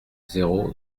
zéro